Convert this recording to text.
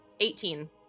18